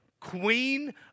queen